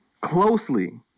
closely